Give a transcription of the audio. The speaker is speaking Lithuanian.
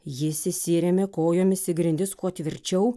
jis įsirėmė kojomis į grindis kuo tvirčiau